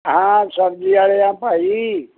ਹਾਂ ਸਬਜ਼ੀ ਵਾਲੇ ਆ ਭਾਈ